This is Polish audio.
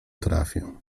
trafię